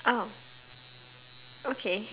oh okay